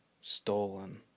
stolen